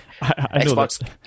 Xbox